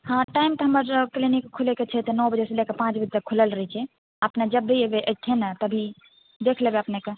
हँ टाइम तऽ हमर क्लिनिक खुलैके छै तऽ नओ बजे से लैके पाँच बजे तक खुलल रहै छै अपने जब भी अयबै एथिन ने तभी देख लेबै अपनेके